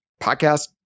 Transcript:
podcast